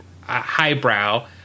highbrow